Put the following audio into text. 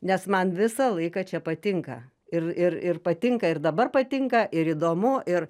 nes man visą laiką čia patinka ir ir ir patinka ir dabar patinka ir įdomu ir